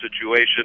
situation